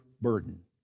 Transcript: burden